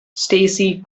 stacey